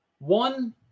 one